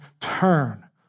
turn